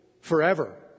forever